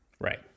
Right